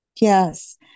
Yes